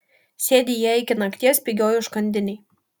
sėdi jie iki nakties pigioj užkandinėj